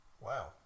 Wow